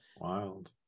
Wild